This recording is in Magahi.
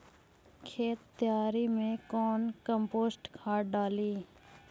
खेत तैयारी मे कौन कम्पोस्ट खाद डाली?